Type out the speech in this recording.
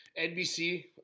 nbc